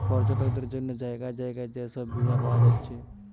পর্যটকদের জন্যে জাগায় জাগায় যে সব বীমা পায়া যাচ্ছে